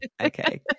okay